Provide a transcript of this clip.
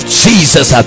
jesus